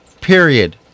period